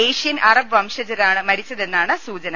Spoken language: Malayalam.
ഏഷ്യൻ അറബ് വംശജരാണ് മരിച്ചതെന്നാണ് സൂചന